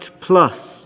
plus